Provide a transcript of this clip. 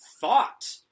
thought